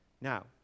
Now